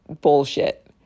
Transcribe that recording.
bullshit